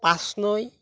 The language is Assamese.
পাঁচনৈ